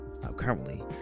currently